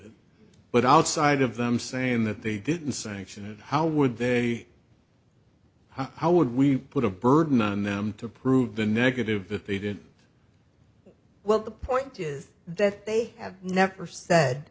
it but outside of them saying that they didn't sanction it how would they how would we put a burden on them to prove the negative if they didn't well the point is that they have never said